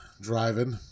driving